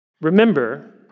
Remember